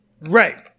Right